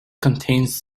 contains